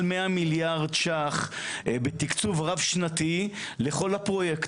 100 מיליארד שקלים בתקצוב רב-שנתי לכל הפרויקט.